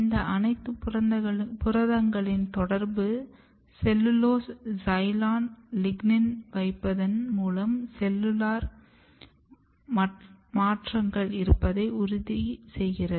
இந்த அனைத்து புரதங்களின் தொடர்பு செல்லுலோஸ் சைலான் லிக்னின்களை வைப்பதன் மூலம் செல்லுலார் மாற்றங்கள் இருப்பதை உறுதி செய்கிறது